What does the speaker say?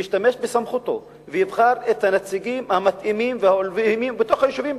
שישתמש בסמכותו ויבחר את הנציגים המתאימים וההולמים בתוך היישובים.